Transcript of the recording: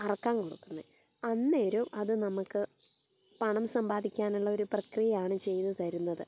അറുക്കാൻ കൊടുക്കുന്നത് അന്നേരം അത് നമുക്ക് പണം സമ്പാദിക്കാനുള്ള ഒരു പ്രക്രിയയാണ് ചെയ്ത് തരുന്നത്